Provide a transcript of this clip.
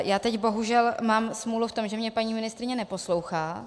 Já teď bohužel mám smůlu v tom, že mě paní ministryně neposlouchá...